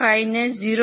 75 ને 0